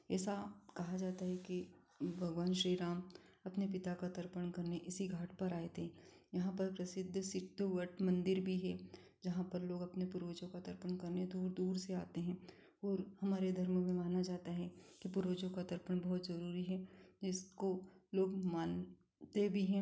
ऐसा कहा जाता है कि भगवान श्री राम अपने पिता का तर्पण करने इसी घाट पर आए थे यहाँ पर प्रसिद्ध सिद्धवट मंदिर भी है जहाँ पर लोग अपने पूर्वजों को तर्पण करने दूर दूर से आते हैं और हमारे धर्म में माना जाता है कि पूर्वजों का तर्पण बहुत ज़रूरी है इसको लोग मानते भी हैं